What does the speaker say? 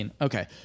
okay